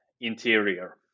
interior